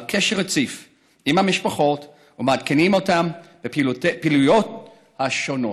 קשר רציף עם המשפחות ומעדכנים אותן בפעילויות השונות.